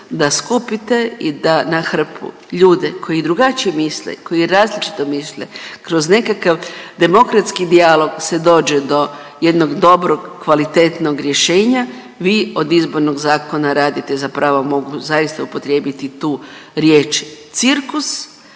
da skupite i da na hrpu ljude koji drugačije misle i koji različito misle kroz nekakav demokratski dijalog se dođe do jednog dobrog kvalitetnog rješenja vi od Izbornog zakona radite zapravo mogu zaista upotrijebiti tu riječ cirkus,